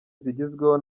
zigezweho